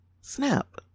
Snap